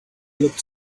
looked